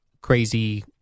crazy